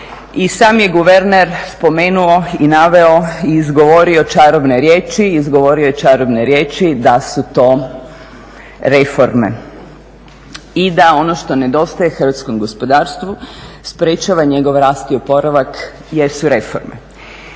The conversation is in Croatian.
I sam je guverner spomenuo, i naveo i izgovorio čarobne riječi, izgovorio je čarobne riječi da su to reforme i da ono što nedostaje hrvatskom gospodarstvu sprječava njegov rast i oporavak jesu reforme.